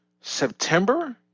September